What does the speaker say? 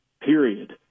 Period